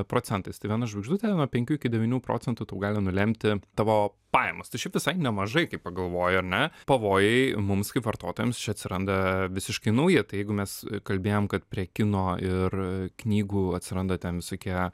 procentais tai viena žvaigždutė nuo penkių iki devynių procentų tau gali nulemti tavo pajamas tai šiaip visai nemažai kaip pagalvoji ar ne pavojai mums kaip vartotojams čia atsiranda visiškai nauji tai jeigu mes kalbėjom kad prie kino ir knygų atsiranda ten visokie